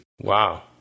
Wow